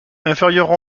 inférieurs